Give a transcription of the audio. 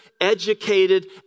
educated